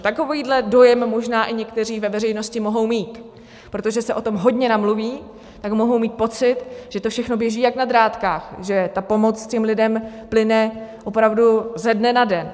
Takovýhle dojem možná i někteří ve veřejnosti mohou mít, protože se o tom hodně namluví, tak mohou mít pocit, že to všechno běží jak na drátkách, že ta pomoc těm lidem plyne opravdu ze dne na den.